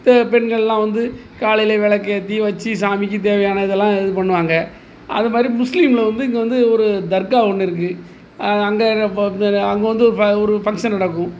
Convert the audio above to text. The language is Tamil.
த பெண்கள்லாம் வந்து காலையிலே விளக்கேத்தி வச்சி சாமிக்கு தேவையான இதெல்லாம் இது பண்ணுவாங்க அது மாதிரி முஸ்லீமில் வந்து இங்கே வந்து ஒரு தர்கா ஒன்று இருக்கது அது அங்கே அங்கே வந்து ப ஒரு ஃபங்க்ஷன் நடக்கும்